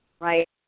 right